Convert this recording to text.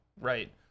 Right